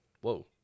Whoa